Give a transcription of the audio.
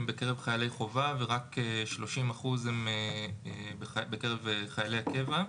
בקרב חיילי חובה ורק 30% הם בקרב חיילי הקבע.